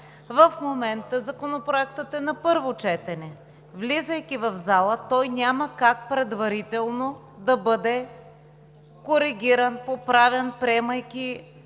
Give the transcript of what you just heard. В момента Законопроектът е на първо четене. Влизайки в зала, той няма как предварително да бъде коригиран, поправен, приемайки